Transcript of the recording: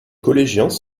collégiens